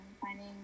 finding